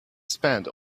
spend